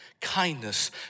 kindness